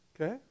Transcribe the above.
Okay